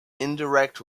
indirect